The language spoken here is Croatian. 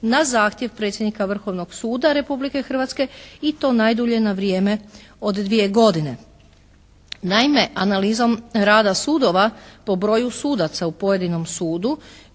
na zahtjev predsjednika Vrhovnog suda Republike Hrvatske i to najdulje na vrijeme od 2 godine. Naime, analizom rada sudova po broju sudaca u pojedinom sudu,